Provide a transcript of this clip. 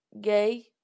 gay